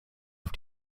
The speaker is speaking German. auf